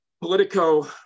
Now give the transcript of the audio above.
politico